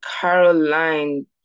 Caroline